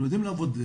אנחנו יודעים לעבוד.